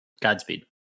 Godspeed